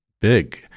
big